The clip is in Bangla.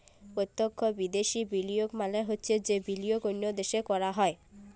পত্যক্ষ বিদ্যাশি বিলিয়গ মালে হছে যে বিলিয়গ অল্য দ্যাশে ক্যরা হ্যয়